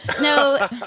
no